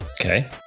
Okay